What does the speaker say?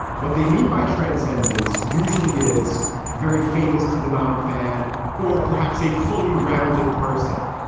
what they mean by transcendence usually is very famous to the non-fan or perhaps a fully rounded person.